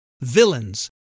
villains